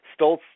Stoltz